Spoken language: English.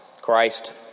Christ